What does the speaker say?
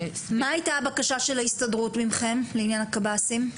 מה היתה הבקשה של ההסתדרות מכם, לעניין הקב"סים?